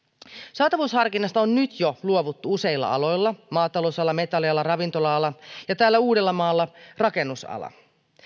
saatavuusharkinnasta on jo nyt luovuttu useilla aloilla maatalousalalla metallialalla ravintola alalla ja täällä uudellamaalla rakennusalalla